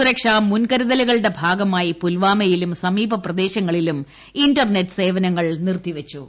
സുരക്ഷാ മുൻകരുതലുകളുടെ ഭാഗമായി പൂൽവാമയിലും സമീപ പ്രദേശങ്ങളിലും ഇന്റർനെറ്റ് സേവനങ്ങൾ നിർത്തിവച്ചു